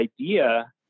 idea